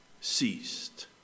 ceased